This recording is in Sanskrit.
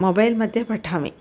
मोबैल् मध्ये पठामि